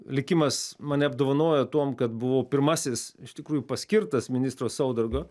likimas mane apdovanojo tuom kad buvau pirmasis iš tikrųjų paskirtas ministro saudargo